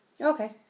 Okay